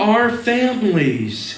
our families